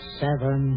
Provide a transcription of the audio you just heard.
seven